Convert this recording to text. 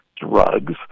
drugs